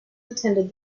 attended